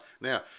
Now